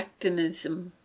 actinism